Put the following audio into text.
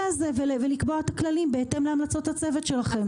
הזה ולקבוע את הכללים בהתאם להמלצות הצוות שלכם.